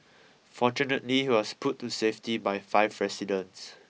fortunately he was pulled to safety by five residents